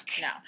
No